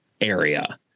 area